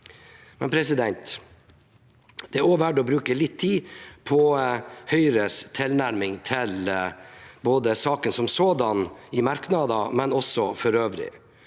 endringene. Det er også verdt å bruke litt tid på Høyres tilnærming til både saken som sådan, i merknader, og også for øvrig.